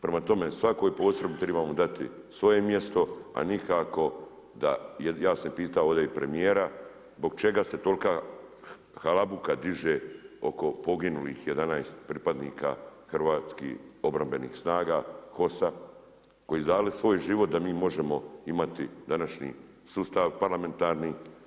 Prema tome, svakoj postrojbi tribamo dati svoje mjesto a nikako da, ja sam pitao ovdje i premijera zbog čega se tolika halabuka diže oko poginulih 11 pripadnika hrvatskih obrambenih snaga HOS-a koji su dali svoj život da mi možemo imati današnji sustav parlamentarni.